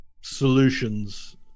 solutions